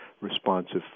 responsive